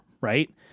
right